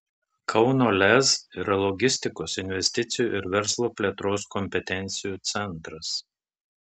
kauno lez yra logistikos investicijų ir verslo plėtros kompetencijų centras